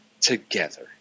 together